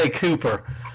Cooper